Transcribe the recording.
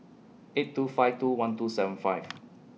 eight two five two one two seven five